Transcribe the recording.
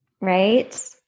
Right